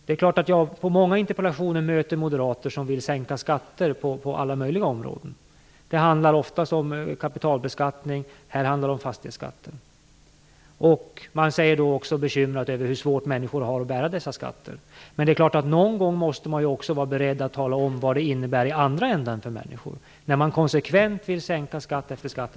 Det är klart att jag i många interpellationsdebatter möter moderater som vill sänka skatter på alla möjliga områden. Det handlar oftast om kapitalbeskattning, och här handlar det om fastighetsskatten. Man säger sig vara bekymrad över hur svårt människor har att bära dessa skatter. Men någon gång måste man också vara beredd att tala om vad det innebär för människor i andra änden, när man konsekvent vill sänka skatt efter skatt.